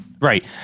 right